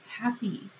happy